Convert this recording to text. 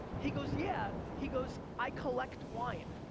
he goes, yeah, he goes, i collect wine.